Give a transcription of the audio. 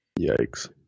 Yikes